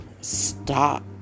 stop